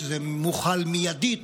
שזה מוחל מיידית,